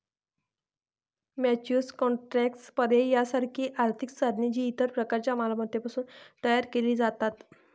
futures contracts, पर्याय यासारखी आर्थिक साधने, जी इतर प्रकारच्या मालमत्तांपासून तयार केली जातात